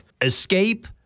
Escape